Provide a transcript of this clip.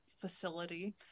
facility